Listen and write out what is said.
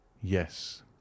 Yes